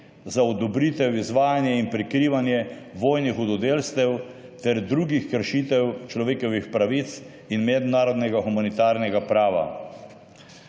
za odobritev, izvajanje in prikrivanje vojnih hudodelstev ter drugih kršitev človekovih pravic in mednarodnega humanitarnega prava.«